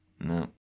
No